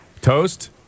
Toast